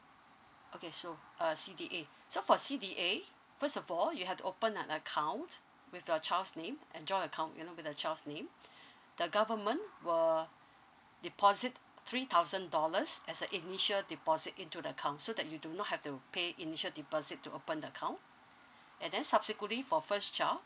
okay so uh C_D_A so for C_D_A first of all you have to open an account with your child's name and joint account you know with the child's name the government will deposit three thousand dollars as a initial deposit into the account so that you do not have to pay initial deposit to open the account and then subsequently for first child